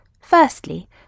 Firstly